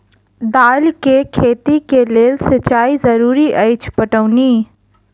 दालि केँ खेती केँ लेल सिंचाई जरूरी अछि पटौनी?